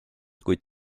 kuid